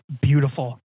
beautiful